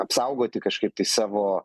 apsaugoti kažkaip tai savo